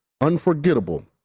unforgettable